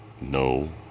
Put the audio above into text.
No